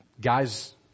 guys